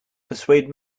persuade